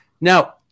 Now